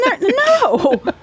no